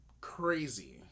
Crazy